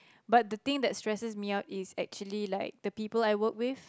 but the thing that stresses me out is actually like the people I work with